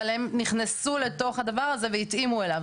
אבל הם נכנסו לתוך הדבר הזה והתאימו אליו,